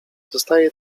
zostaje